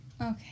Okay